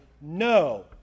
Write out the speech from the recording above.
no